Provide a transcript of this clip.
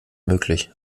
möglich